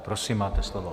Prosím, máte slovo.